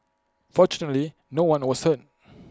fortunately no one was hurt